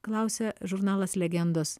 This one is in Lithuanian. klausė žurnalas legendos